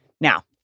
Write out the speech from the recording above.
Now